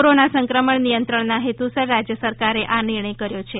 corona સંક્રમણ નિયંત્રણના હેતુસર રાજ્ય સરકારે આ નિર્ણય કર્યો છે